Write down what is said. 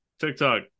TikTok